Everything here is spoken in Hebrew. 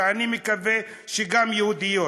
ואני מקווה שגם יהודיות.